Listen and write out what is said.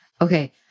Okay